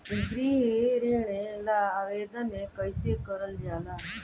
गृह ऋण ला आवेदन कईसे करल जाला?